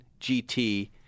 GT